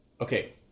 Okay